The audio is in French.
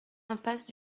impasse